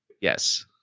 Yes